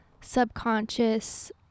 subconscious